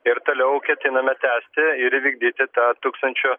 ir toliau ketiname tęsti ir įvykdyti tą tūkstančio